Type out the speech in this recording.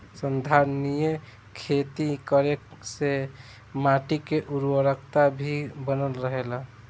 संधारनीय खेती करे से माटी के उर्वरकता भी बनल रहेला